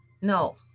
No